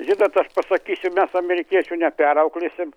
žinot aš pasakysiu mes amerikiečių neperauklėsim